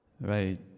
Right